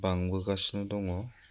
बांबोगासिनो दङ